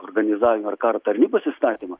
organizavimą ir karo tarnybos įstatymą